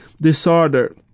disorder